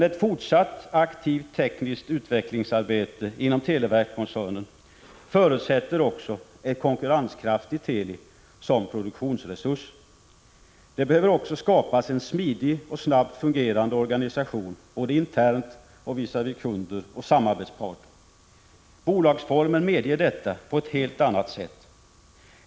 Ett fortsatt aktivt tekniskt utvecklingsarbete inom televerkskoncernen förutsätter emellertid också ett konkurrenskraftigt Teli som produktionsresurs. Det behöver vidare skapas en smidig och snabbt fungerande organisation både internt och visavi kunder och samarbetsparter. Bolagsformen medger det på ett helt annat sätt.